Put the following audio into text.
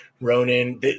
Ronan